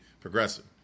progressive